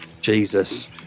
Jesus